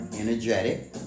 energetic